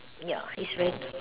ya is red